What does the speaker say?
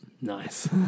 Nice